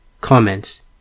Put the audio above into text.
Comments